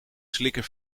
slikken